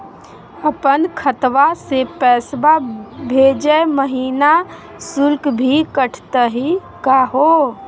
अपन खतवा से पैसवा भेजै महिना शुल्क भी कटतही का हो?